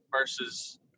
versus –